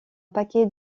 paquet